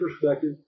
perspective